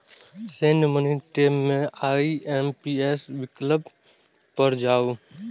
send money tab मे IMPS विकल्प पर जाउ